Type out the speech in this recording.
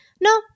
no